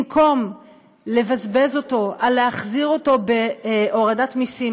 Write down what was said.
במקום לבזבז אותו על להחזיר אותו בהורדת מסים